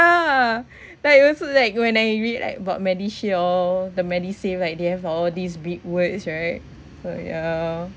like also like when I read like about medishield all the medisave like they have all these big words right oh yeah